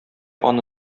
аны